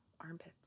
armpits